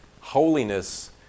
Holiness